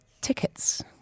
tickets